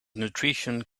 nutrition